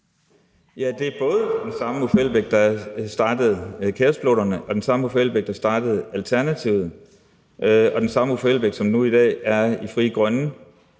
Ja, det er både den samme Uffe Elbæk, der startede KaosPiloterne, den samme Uffe Elbæk, der startede Alternativet, og den samme Uffe Elbæk, som nu i dag er i Frie Grønne.